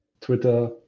Twitter